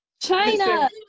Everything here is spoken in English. China